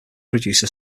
producer